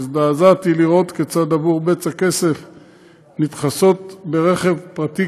הזדעזעתי לראות כיצד בעבור בצע כסף נדחסות ברכב פרטי